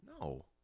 No